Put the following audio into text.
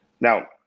Now